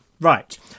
right